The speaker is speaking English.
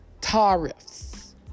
Tariffs